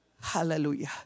Hallelujah